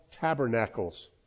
tabernacles